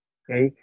okay